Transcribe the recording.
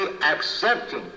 accepting